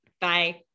Bye